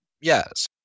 yes